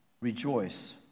Rejoice